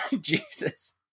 jesus